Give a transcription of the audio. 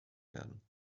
werden